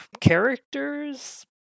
characters